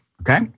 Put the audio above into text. okay